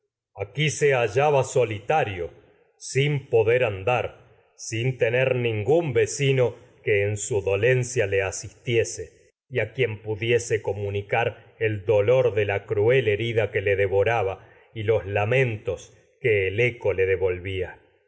aquí hallaba solitario sin su poder andar sin cia tener ningún vecino a que en dolen dolor le la asistiese cruel y quien le pudiese comunicar y el de herida que devoraba los lamentos que que el eco le devolvía